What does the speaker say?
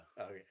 okay